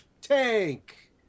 Tank